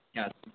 इच्छास्ति